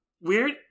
weird